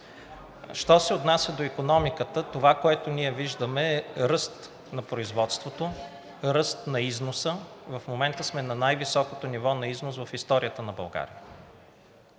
Що се отнася до икономиката, това, което ние виждаме, е ръст на производството, ръст на износа, но в момента сме на най-високото ниво на износ в историята на България.